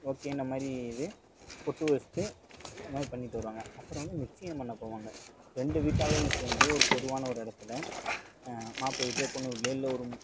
ஓகேன்ன மாதிரி இது பொட்டு வச்சுட்டு இது மாதிரி பண்ணிவிட்டு வருவாங்க அப்புறம் வந்து நிச்சியம் பண்ண போவாங்க ரெண்டு வீட்டார்களும் சேர்ந்து ஒரு பொதுவான ஒரு இடத்துல மாப்பிளை வீட்லேயோ பொண்ணு வீட்லேயோ இல்லை ஒரு